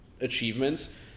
achievements